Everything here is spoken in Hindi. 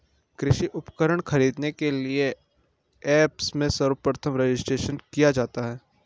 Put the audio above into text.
कृषि उपकरण खरीदने के लिए ऐप्स में सर्वप्रथम रजिस्ट्रेशन किया जाता है